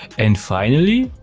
and finally,